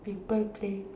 people play